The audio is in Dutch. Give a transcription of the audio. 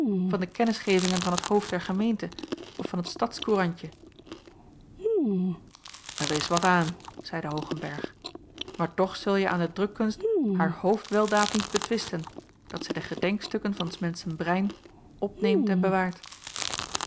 van de kennisgevingen van t hoofd der gemeente of van het stads courantje er is wat aan zeide hoogenberg maar toch zulje aan de drukkunst haar hoofdweldaad niet betwisten dat zij de gedenkstukken van s menschen brein opneemt en